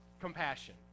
compassion